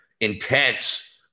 intense